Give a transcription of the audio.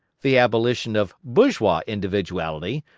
the abolition of bourgeois individuality,